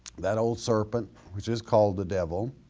that old serpent which is called the devil.